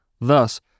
Thus